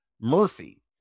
murphy